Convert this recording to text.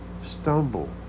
stumble